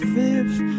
fifth